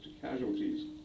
casualties